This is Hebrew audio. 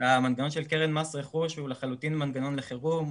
המנגנון של קרן מס רכוש הוא לחלוטין מנגנון לחירום,